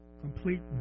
complete